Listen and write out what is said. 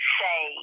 say